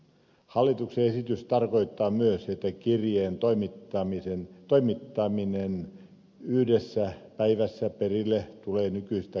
hallituksen esitys tarkoittaa myös että kirjeen toimittaminen yhdessä päivässä perille tulee nykyistä kalliimmaksi